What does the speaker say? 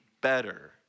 better